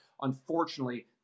Unfortunately